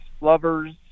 lovers